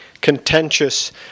contentious